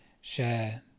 share